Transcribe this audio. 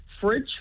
fridge